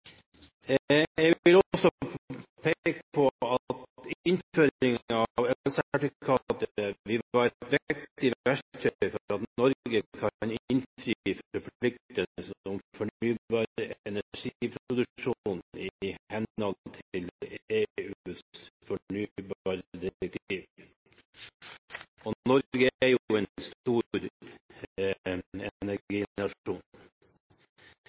Jeg vil også peke på at innføringen av elsertifikatet vil være et viktig verktøy for at Norge kan innfri forpliktelsene overfor fornybar industriproduksjon i henhold til EUs fornybardirektiv. Norge er jo en stor